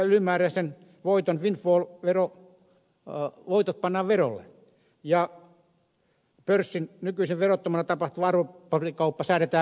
energiayhtiöille kertyvät ylimääräiset voitot windfall voitot pannaan verolle ja pörssin nykyisin verottomana tapahtuva arvopaperikauppa säädetään verolle